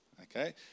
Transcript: Okay